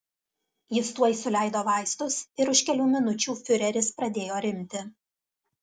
jis tuoj suleido vaistus ir už kelių minučių fiureris pradėjo rimti